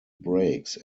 brakes